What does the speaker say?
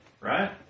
right